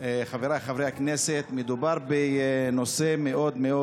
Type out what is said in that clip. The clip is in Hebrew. חבריי חברי הכנסת, מדובר כמובן בנושא מאוד מאוד